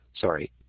Sorry